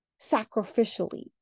sacrificially